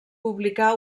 publicà